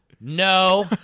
no